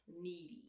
needy